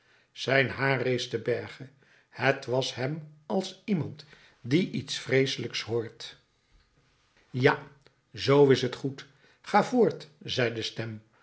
zijn haar rees te berge het was hem als iemand die iets vreeselijks hoort ja zoo is het goed ga voort zei de stem